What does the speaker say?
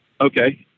Okay